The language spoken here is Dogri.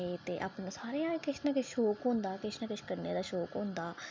मिगी शौक ऐ ते सारैं गी किछ ना किछ करने दा शौक होंदा ऐ